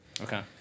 Okay